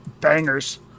bangers